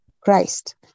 Christ